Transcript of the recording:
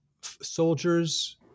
soldiers